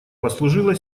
послужила